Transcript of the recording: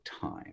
time